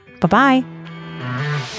Bye-bye